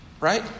right